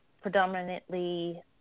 Predominantly